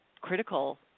critical